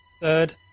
Third